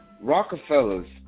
Rockefellers